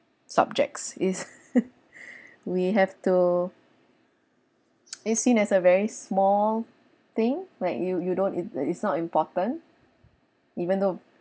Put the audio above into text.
subjects is we have to is seen as a very small thing where you you don't it it's not important even though